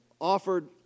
offered